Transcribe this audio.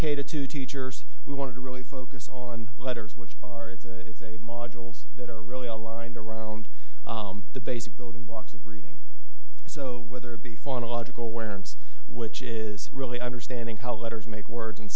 to two teachers we want to really focus on letters which are it's a modules that are really aligned around the basic building blocks of reading so whether it be fun a logical werent which is really understanding how letters make words and